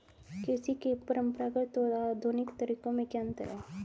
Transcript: कृषि के परंपरागत और आधुनिक तरीकों में क्या अंतर है?